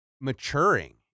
maturing